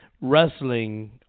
wrestling